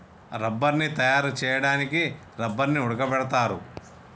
రబ్బర్ని తయారు చేయడానికి రబ్బర్ని ఉడకబెడతారు